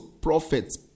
prophets